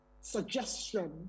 suggestion